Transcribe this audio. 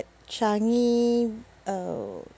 changi uh